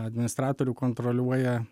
administratorių kontroliuoja